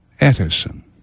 Edison